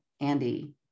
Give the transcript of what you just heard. Andy